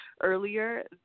earlier